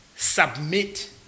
Submit